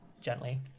gently